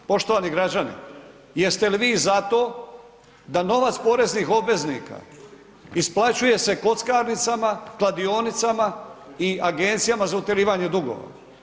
Poštovani građani, jeste li vi za to da novac poreznih obveznika isplaćuje se kockarnicama, kladionicama i Agencijama za utjerivanje dugova?